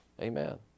Amen